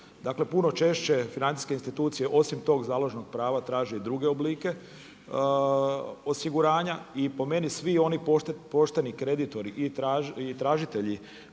dakle puno češće financijske institucije, osim tog založnog prava traži i druge oblike osiguranja. I po meni, svi oni pošteni kreditori i tražitelji